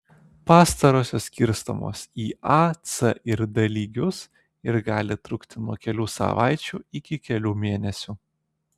pastarosios skirstomos į a c ir d lygius ir gali trukti nuo kelių savaičių iki kelių mėnesių